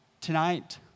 tonight